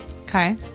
Okay